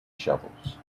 shovels